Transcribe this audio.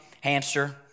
hamster